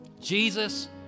Jesus